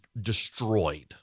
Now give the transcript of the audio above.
destroyed